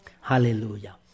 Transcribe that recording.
Hallelujah